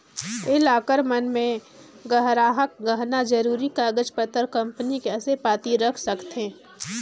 ये लॉकर मन मे गराहक गहना, जरूरी कागज पतर, कंपनी के असे पाती रख सकथें